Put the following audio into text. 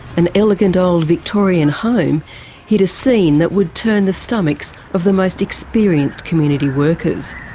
an elegant old victorian home hid a scene that would turn the stomachs of the most experienced community workers.